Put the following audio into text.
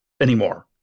anymore